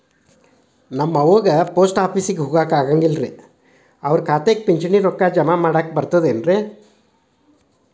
ನಮ್ ಅವ್ವ ಪೋಸ್ಟ್ ಆಫೇಸಿಗೆ ಹೋಗಾಕ ಆಗಲ್ರಿ ಅವ್ರ್ ಖಾತೆಗೆ ಪಿಂಚಣಿ ರೊಕ್ಕ ಜಮಾ ಮಾಡಾಕ ಬರ್ತಾದೇನ್ರಿ ಸಾರ್?